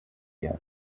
yet